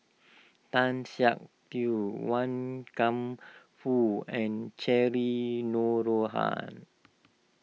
Tan Siak Kew Wan Kam Fook and Cheryl Noronha